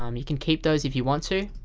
um you can keep those if you want to